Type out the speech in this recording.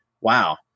wow